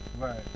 Right